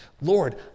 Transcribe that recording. Lord